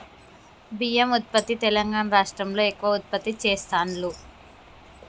బియ్యం ఉత్పత్తి తెలంగాణా రాష్ట్రం లో ఎక్కువ ఉత్పత్తి చెస్తాండ్లు